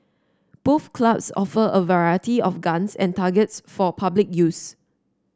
both clubs offer a variety of guns and targets for public use